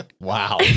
Wow